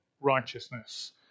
righteousness